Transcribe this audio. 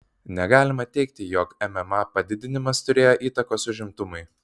negalima teigti jog mma padidinimas turėjo įtakos užimtumui